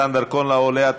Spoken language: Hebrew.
מתן דרכון לעולה),